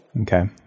Okay